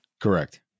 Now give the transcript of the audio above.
Correct